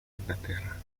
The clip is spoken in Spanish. inglaterra